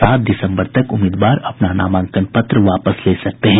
सात दिसम्बर तक उम्मीदवार अपना नामांकन पत्र वापस ले सकते हैं